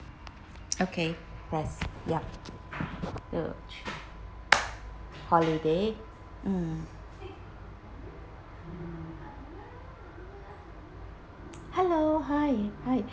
okay press ya two three holiday mm hello hi hi